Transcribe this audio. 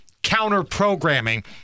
counter-programming